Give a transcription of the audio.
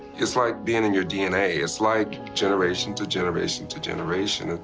it's like being in your dna. it's like generation to generation to generation.